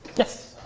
yes?